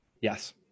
Yes